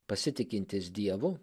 pasitikintis dievu